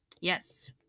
Yes